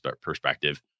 perspective